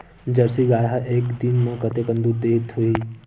Jersey गाय ह एक दिन म कतेकन दूध देत होही?